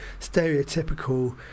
stereotypical